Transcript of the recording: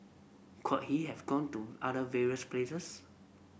could he have gone to other various places